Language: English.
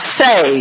say